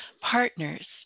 Partners